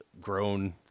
grown